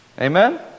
Amen